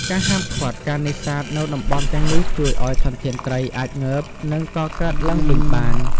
ការហាមឃាត់ការនេសាទនៅតំបន់ទាំងនេះជួយឲ្យធនធានត្រីអាចងើប និងកកើតឡើងវិញបាន។